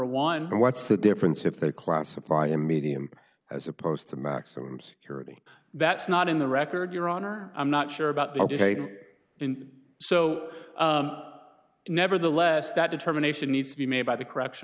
one but what's the difference if they classify him medium as opposed to maximum security that's not in the record your honor i'm not sure about that in so nevertheless that determination needs to be made by the correction